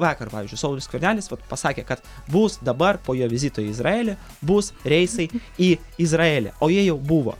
vakar pavyzdžiui saulius skvernelis pasakė kad bus dabar po jo vizito izraely bus reisai į izraelį o jie jau buvo